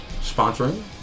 sponsoring